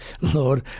Lord